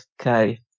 okay